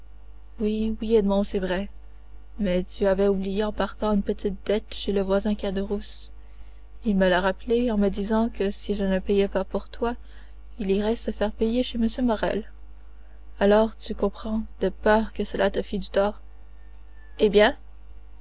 oui oui edmond c'est vrai mais tu avais oublié en partant une petite dette chez le voisin caderousse il me l'a rappelée en me disant que si je ne payais pas pour toi il irait se faire payer chez m morrel alors tu comprends de peur que cela te fît du tort eh bien